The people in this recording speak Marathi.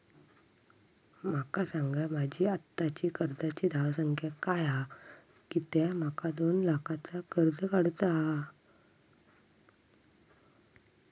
माका सांगा माझी आत्ताची कर्जाची धावसंख्या काय हा कित्या माका दोन लाखाचा कर्ज काढू चा हा?